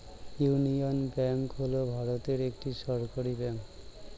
union bank হল ভারতের একটি সরকারি ব্যাঙ্ক